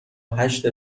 هشت